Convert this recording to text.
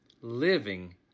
living